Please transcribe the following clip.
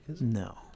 No